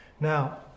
Now